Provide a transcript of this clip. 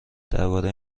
درباره